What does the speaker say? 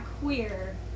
queer